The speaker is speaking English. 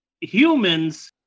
humans